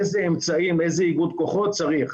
איזה אמצעים איזה איגוד כוחות צריך.